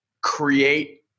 create